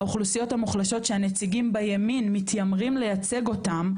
האוכלוסיות המוחלשות שהנציגים בימין מתיימרים לייצג אותם,